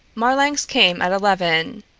marlanx came at eleven.